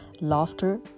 laughter